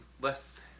less